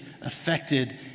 affected